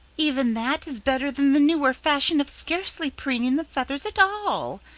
even that is better than the newer fashion of scarcely preening the feathers at all,